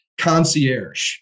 concierge